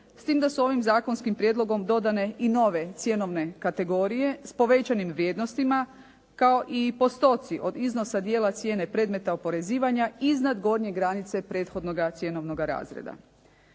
s tim da su ovim zakonskim prijedlogom dodane i nove cjenovne kategorije s povećanim vrijednostima kao i postoci od iznosa dijela cijene predmeta oporezivanja iznad gornje granice prethodnoga cjenovnoga razreda.